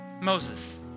Moses